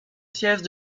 siège